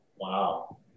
Wow